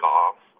off